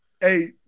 Hey